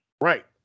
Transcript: Right